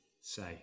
say